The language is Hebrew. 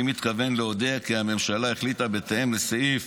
אני מתכבד להודיע כי הממשלה החליטה, בהתאם לסעיף